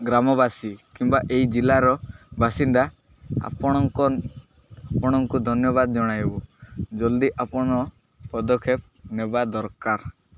ଗ୍ରାମବାସୀ କିମ୍ବା ଏଇ ଜିଲ୍ଲାର ବାସିନ୍ଦା ଆପଣଙ୍କ ଆପଣଙ୍କୁ ଧନ୍ୟବାଦ ଜଣାଇବୁ ଜଲ୍ଦି ଆପଣ ପଦକ୍ଷେପ ନେବା ଦରକାର